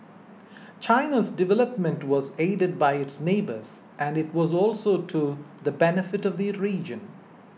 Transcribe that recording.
China's development was aided by its neighbours and it was also to the benefit of the region